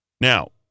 Now